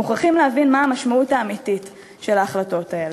מוכרחים להבין מה המשמעות האמיתית של ההחלטות האלה: